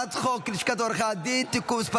הצעת חוק לשכת עורכי הדין (תיקון מס'